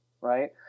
right